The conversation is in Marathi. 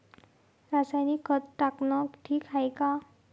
रासायनिक खत टाकनं ठीक हाये का?